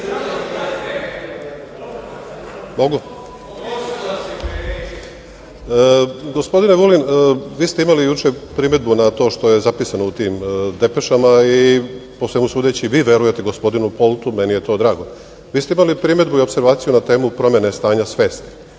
Ponoš** Gospodine Vulin, vi ste juče imali primedbu na to što je zapisano u tim depešama i, po svemu sudeći, vi verujete gospodinu Poltu. Meni je to drago. Vi ste imali primedbu i opservaciju na temu promene stanja svesti.